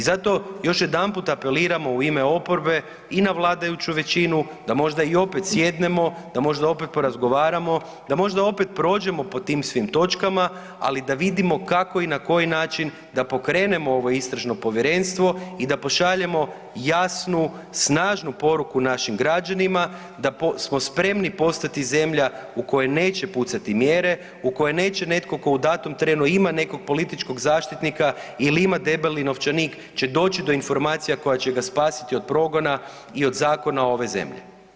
I zato još jedanput apeliramo u ime oporbe i na vladajuću većinu da možda i opet sjednemo, da možda opet porazgovaramo, da možda opet prođemo po tim svim točkama ali da vidimo kako i na koji način da pokrenemo ovo istražno povjerenstvo i da pošaljemo jasnu, snažnu poruku našim građanima da smo spremni postati zemlja u kojoj neće pucati mjere u kojoj neće netko tko u datom trenu ima nekog političkog zaštitnika ili ima debeli novčanik će doći do informacija koje će ga spasiti od progona i od zakona ove zemlje.